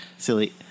silly